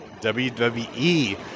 WWE